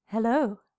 Hello